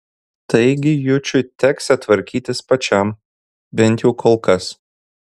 taigi jučui teksią tvarkytis pačiam bent jau kol kas